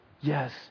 Yes